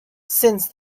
since